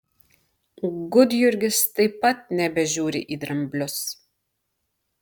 gudjurgis taip pat nebežiūri į dramblius